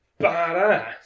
badass